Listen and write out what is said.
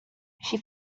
she